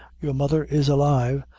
your mother is alive,